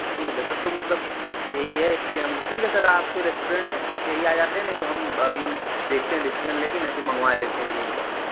ठीक है सर तो मतलब यही है इसलिए हम ठीक है सर आपके रेस्टोरेंट पे ही आ जाते हैं नहीं तो हम अभी देखते हैं डिसिजन लेके नहीं तो मँगवा लेते हैं रूम पर ही